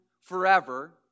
forever